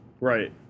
Right